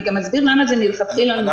אני גם אסביר למה זה מלכתחילה נוצר.